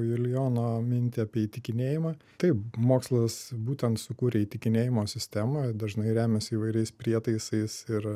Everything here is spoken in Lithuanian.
julijono mintį apie įtikinėjimą taip mokslas būtent sukūrė įtikinėjimo sistemą dažnai remiasi įvairiais prietaisais ir